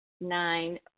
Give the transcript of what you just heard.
Nine